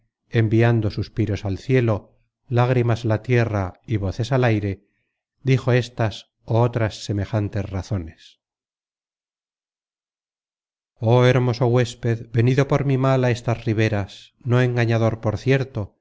enviando suspiros al cielo lágrimas á la tierra y voces al aire dijo estas ó otras semejantes razones content from google book search generated at oh hermoso huésped venido por mi mal á estas riberas no engañador por cierto